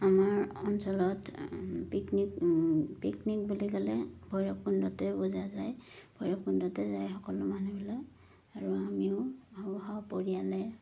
আমাৰ অঞ্চলত picnic picnic বুলি ক'লে ভৈৰৱকুণ্ডতে বুজা যায় ভৈৰৱকুণ্ডতে যায় সকলো মানুহবিলাক আৰু আমিও সপৰিয়ালে